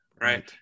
right